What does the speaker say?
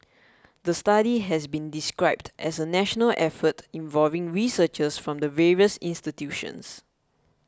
the study has been described as a national effort involving researchers from the various institutions